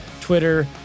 Twitter